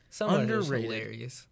Underrated